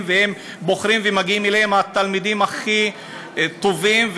והם בוחרים ומגיעים אליהם התלמידים הכי טובים,